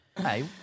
Hey